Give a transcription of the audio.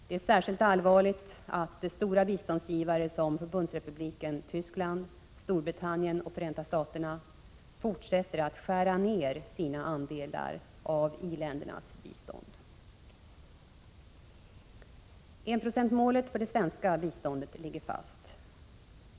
Det är särskilt allvarligt att stora biståndsgivare som Förbundsrepubliken Tyskland, Storbritannien och Förenta Staterna fortsätter att skära ned sina andelar av i-ländernas bistånd. Enprocentsmålet för det svenska biståndet ligger fast.